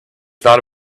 thought